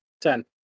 Ten